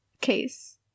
case